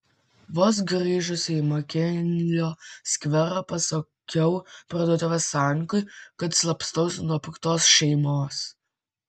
vos grįžusi į makinlio skverą pasakiau parduotuvės savininkui kad slapstausi nuo piktos šeimos